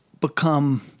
become—